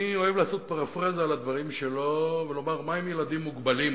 אני אוהב לעשות פרפראזה על הדברים שלו ולומר: מהם ילדים מוגבלים,